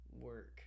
work